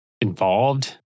involved